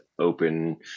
open